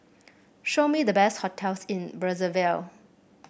show me the best hotels in Brazzaville